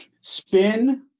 Spin